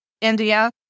India